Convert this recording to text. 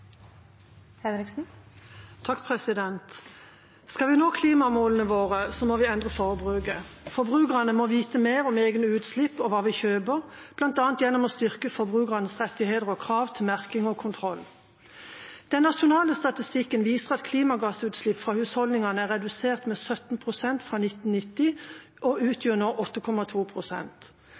Skal vi nå klimamålene våre, må vi endre forbruket. Forbrukerne må vite mer om egne utslipp og hva vi kjøper, bl.a. gjennom at man styrker forbrukernes rettigheter og krav til merking og kontroll. Den nasjonale statistikken viser at klimagassutslipp fra husholdningene er redusert med 17 pst. fra 1990 og nå utgjør